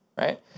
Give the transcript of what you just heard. right